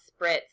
spritz